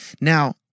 Now